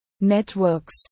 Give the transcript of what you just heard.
networks